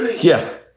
yeah.